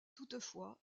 toutefois